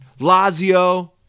Lazio